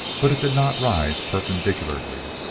but it did not rise perpendicularly.